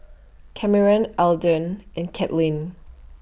Cameron Eldon and Kaitlynn